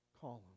column